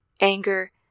anger